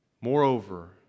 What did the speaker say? Moreover